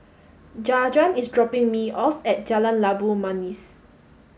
Jajuan is dropping me off at Jalan Labu Manis